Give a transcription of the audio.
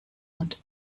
und